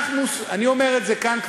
אני אומר את זה כאן,